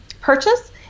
purchase